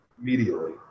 Immediately